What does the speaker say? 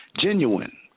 genuine